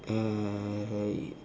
and